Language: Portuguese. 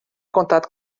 contato